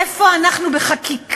איפה אנחנו בחקיקה?